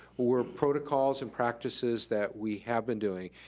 were protocol and practices that we have been doing.